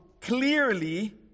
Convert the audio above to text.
clearly